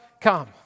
come